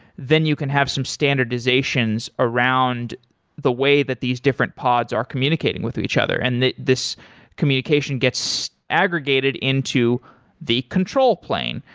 then you can have some standardizations around the way that these different pods are communicating with each other, and this communication gets aggregated into the control plane.